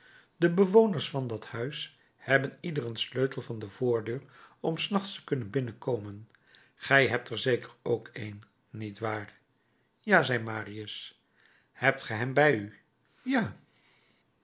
de bewoners van dat huis hebben ieder een sleutel van de voordeur om s nachts te kunnen binnenkomen gij hebt er zeker ook een niet waar ja zei marius hebt ge hem bij u ja